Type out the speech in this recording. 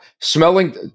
smelling